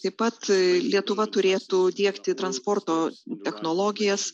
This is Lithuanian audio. taip pat lietuva turėtų diegti transporto technologijas